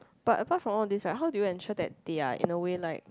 but apart from all these right how do you ensure that they are in a way like